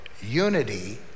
unity